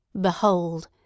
Behold